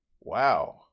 Wow